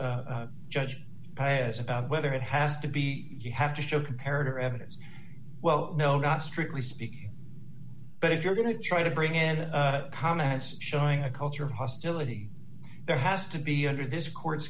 judge whether it has to be you have to show comparative evidence well no not strictly speaking but if you're going to try to bring in comments showing a culture of hostility there has to be under this court